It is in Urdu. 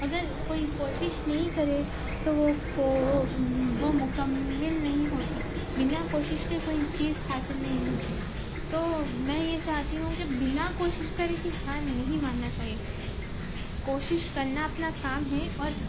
اگر کوئی کوشش نہیں کرے تو وہ وہ مکمل نہیں ہوتی بنا کوشش کے کوئی چیز حاصل نہیں ہوتی تو میں یہ چاہتی ہوں کہ بنا کوشش کرے کہ ہار نہیں ماننا چاہیے کوشش کرنا اپنا کام ہے اور